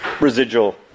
residual